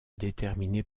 déterminer